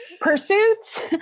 pursuits